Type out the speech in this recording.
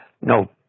no